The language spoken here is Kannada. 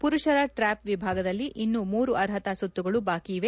ಪುರುಷರ ಟ್ರ್ಯಾಪ್ ವಿಭಾಗದಲ್ಲಿ ಇನ್ನೂ ಮೂರು ಅರ್ಹತಾ ಸುತ್ತುಗಳು ಭಾಕಿ ಇವೆ